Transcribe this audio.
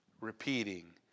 repeating